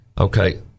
Okay